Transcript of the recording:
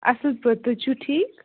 اَصٕل پٲٹھۍ تُہۍ چھِو ٹھیٖک